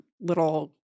little